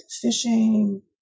fishing